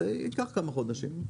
זה ייקח כמה חודשים.